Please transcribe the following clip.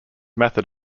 method